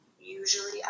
usually